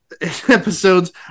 episodes